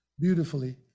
beautifully